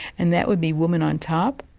and that would be woman on top,